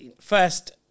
First